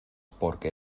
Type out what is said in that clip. porque